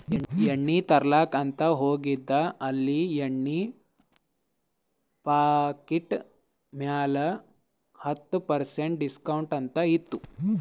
ಎಣ್ಣಿ ತರ್ಲಾಕ್ ಅಂತ್ ಹೋಗಿದ ಅಲ್ಲಿ ಎಣ್ಣಿ ಪಾಕಿಟ್ ಮ್ಯಾಲ ಹತ್ತ್ ಪರ್ಸೆಂಟ್ ಡಿಸ್ಕೌಂಟ್ ಅಂತ್ ಇತ್ತು